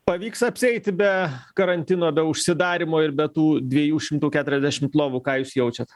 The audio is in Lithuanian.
pavyks apsieiti be karantino be užsidarymo ir be tų dviejų šimtų keturiasdešimt lovų ką jūs jaučiat